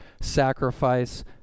sacrifice